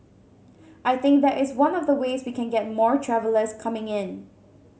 I think that is one of the ways we can get more travellers coming in